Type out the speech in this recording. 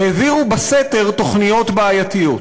העבירו בסתר תוכניות בעייתיות.